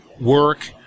work